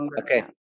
okay